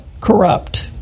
corrupt